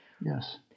Yes